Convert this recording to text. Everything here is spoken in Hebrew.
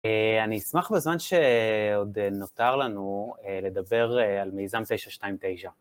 אני אשמח בזמן שעוד נותר לנו לדבר על מיזם 929